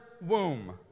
womb